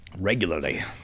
Regularly